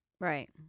Right